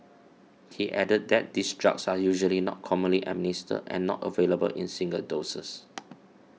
he added that these drugs are usually not commonly administered and not available in single doses